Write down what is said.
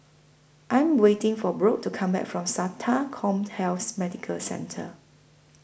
I Am waiting For Brock to Come Back from Sata Commhealth Medical Centre